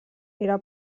era